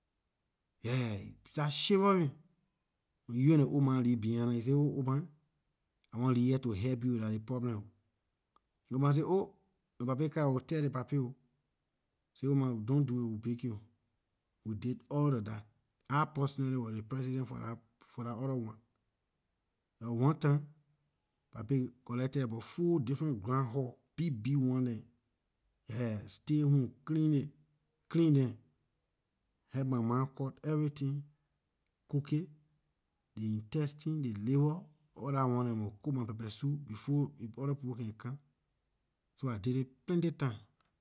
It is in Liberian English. Yeah, you start shivering when you and ley oldma ley behind nah you say oh oldma I want lea here to help you dah ley problem oh ley oldma say oh ley papay come I will teh ley papay oh say oldma don't do it we bake you we did all lor dah I personally wor ley president for lah orda one lah one time ley papay collected about four different groundhog big big one dem yeah stay home clean it clean them help my ma cut everything cook aay ley intestine ley liver all dah one dem I mon cook my pepper soup before ley orda people can come so I did it plenty time